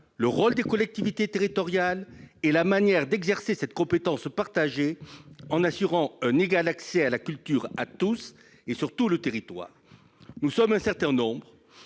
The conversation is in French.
le rôle des collectivités territoriales et la manière d'exercer cette compétence partagée en assurant un égal accès à la culture à tous et sur tout le territoire ? Nous sommes un certain nombre